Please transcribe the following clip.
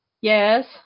Yes